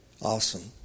awesome